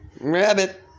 Rabbit